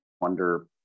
wonder